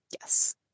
Yes